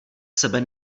sebe